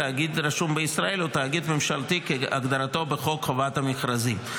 תאגיד רשום בישראל או תאגיד ממשלתי כהגדרתו בחוק חובת המכרזים.